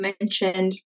mentioned